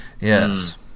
Yes